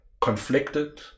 conflicted